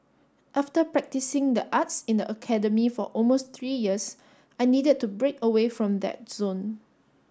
after practising the arts in the academy for almost three years I needed to break away from that zone